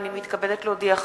הנני מתכבדת להודיעכם,